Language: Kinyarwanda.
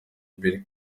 bill